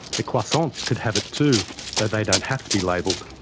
the croissants could have it too, though though don't have to be labelled.